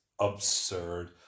absurd